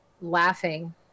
laughing